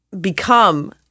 become